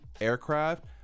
aircraft